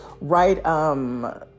right